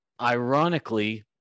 Ironically